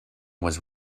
was